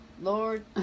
Lord